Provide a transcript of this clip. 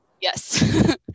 Yes